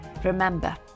Remember